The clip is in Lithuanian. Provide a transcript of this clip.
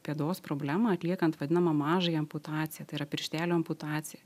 pėdos problemą atliekant vadinamą mažąją amputaciją tai yra pirštelio amputacija